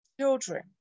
children